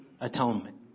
atonement